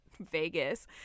Vegas